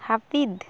ᱦᱟᱹᱯᱤᱫ